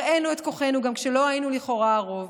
הראינו את כוחנו גם כשלא היינו לכאורה הרוב,